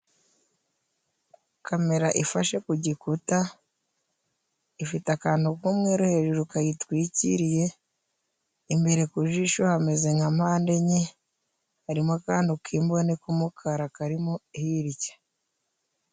Kamera ifashe ku gikuta ifite akantu k'umweru hejuru kayitwikiriye. Imbere ku jisho hamezeze nka mpande enye harimo akantu k'imboni k'umukara karimo hirya.